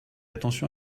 attention